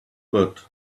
but